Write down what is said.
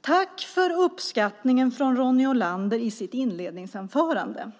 Tack för den uppskattning som Ronny Olander uttryckte i sitt inledningsanförande!